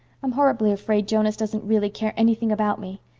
i'm horribly afraid jonas doesn't really care anything about me.